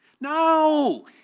No